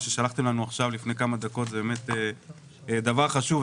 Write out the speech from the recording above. מה ששלחתם לנו עכשיו לפני כמה דקות זה באמת דבר חשוב,